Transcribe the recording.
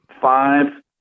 five